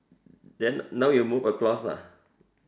then now you move across lah